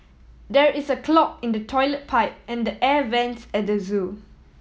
there is a clog in the toilet pipe and air vents at the zoo